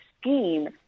scheme